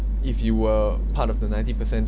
if you were part of the ninety percent